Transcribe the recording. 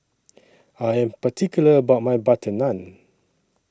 I Am particular about My Butter Naan